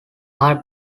are